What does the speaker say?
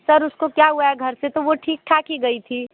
sir उसको क्या हुआ है घर से तो वो ठीक ठाक ही गई थी